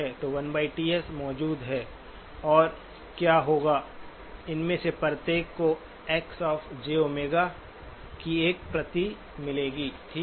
तो 1Ts मौजूद है और क्या होगा इनमें से प्रत्येक को X jΩ❑ की एक प्रति मिलेगी ठीक है